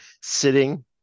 sitting